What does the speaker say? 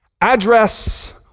Address